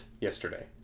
yesterday